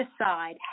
decide